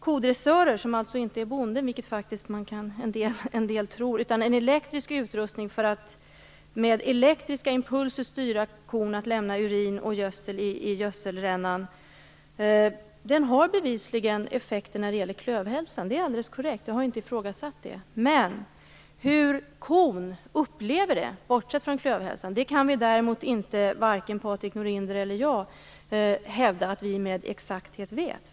Kodressörer - som alltså inte är bonden vilket man kan tro utan en utrustning som med elektriska impulser styr kon att lämna urin och gödsel i gödselrännan - har bevisligen effekter när det gäller klövhälsan. Det är alldeles korrekt; jag har inte ifrågasatt det. Men hur kon upplever det, bortsett från klövhälsan, kan varken Patrik Norinder eller jag hävda att vi med exakthet vet.